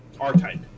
R-Type